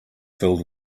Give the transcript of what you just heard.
filled